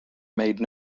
made